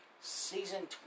season